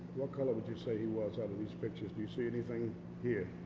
what color would you say he was, out of these pictures, do you see anything here?